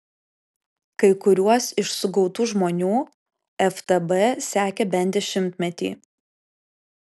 kai kuriuos iš sugautų žmonių ftb sekė bent dešimtmetį